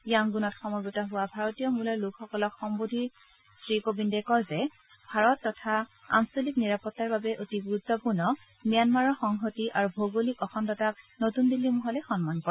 য়াংগুণত সমবেত হোৱা ভাৰতীয় মূলৰ লোকসকলক সম্বোধন কৰি শ্ৰীকোবিন্দে কয় যে ভাৰত তথা আঞ্চলিক নিৰাপত্তাৰ বাবে অতি গুৰুত্পূৰ্ণ ম্যানমাৰৰ সংহতি আৰু ভৌগলিক অখণ্ডতাক নতুন দিল্লী মহলে সন্মান কৰে